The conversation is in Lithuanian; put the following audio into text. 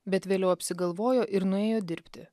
bet vėliau apsigalvojo ir nuėjo dirbti